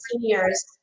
seniors